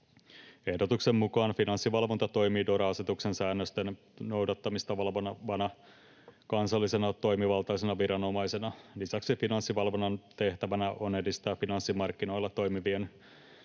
Ehdotuksen mukaan Finanssivalvonta toimii DORA-asetuksen säännösten noudattamista valvovana kansallisena toimivaltaisena viranomaisena. Lisäksi Finanssivalvonnan tehtävänä on edistää finanssimarkkinoilla toimivien